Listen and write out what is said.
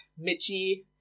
Mitchie